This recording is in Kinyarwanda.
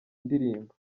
ndirimbo